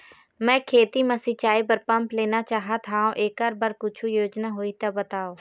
मैं खेती म सिचाई बर पंप लेना चाहत हाव, एकर बर कुछू योजना होही त बताव?